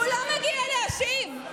הוא לא מגיע להשיב.